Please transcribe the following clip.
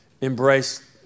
embrace